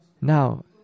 Now